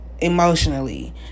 Emotionally